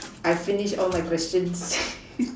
I finished all my questions